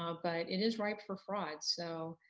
um but it is rife for fraud. so,